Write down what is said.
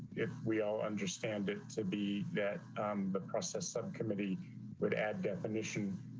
if we all understand it to be that the process subcommittee would add definition.